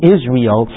Israel